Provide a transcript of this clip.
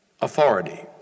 authority